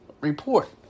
report